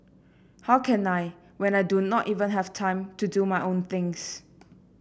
how can I when I do not even have time to do my own things